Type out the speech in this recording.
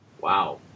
Wow